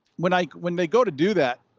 when like when they go to do that,